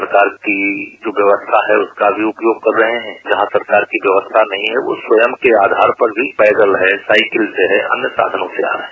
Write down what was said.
सरकार ने जो व्यवस्था की है उसका उपयोग कर रहे हैं जहाँ सरकार की व्यवस्था नहीं है वह स्वयं के आधार पर भी पैदल से हैं साइकिल से हैं अन्य साधनों से आ रहे हैं